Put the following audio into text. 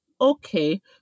okay